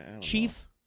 Chief